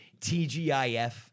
TGIF